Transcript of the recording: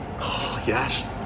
Yes